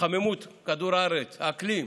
התחממות כדור הארץ, האקלים,